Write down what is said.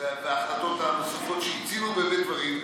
וההחלטות הנוספות, שהצילו באמת דברים.